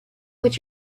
what